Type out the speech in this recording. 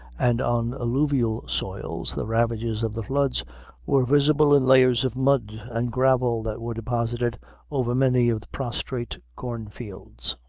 and on alluvial soils the ravages of the floods were visible in layers of mud and gravel that were deposited over many of the prostrate corn fields.